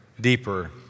deeper